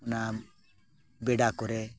ᱚᱱᱟ ᱵᱮᱰᱟ ᱠᱚᱨᱮ